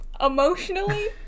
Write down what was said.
emotionally